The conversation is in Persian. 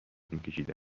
میکشیدم